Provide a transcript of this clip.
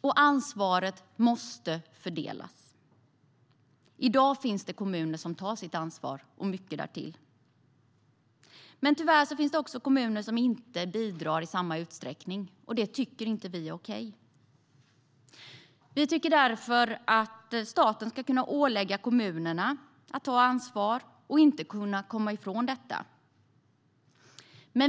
och ansvaret måste fördelas. I dag finns det kommuner som tar sitt ansvar och mer därtill. Tyvärr finns det också kommuner som inte bidrar i samma utsträckning. Det är inte okej, tycker vi. Vi tycker därför att staten ska kunna ålägga kommunerna att ta ansvar, och de ska inte kunna komma ifrån detta.